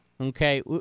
Okay